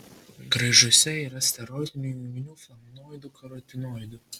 graižuose yra steroidinių junginių flavonoidų karotinoidų